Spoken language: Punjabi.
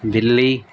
ਬਿੱਲੀ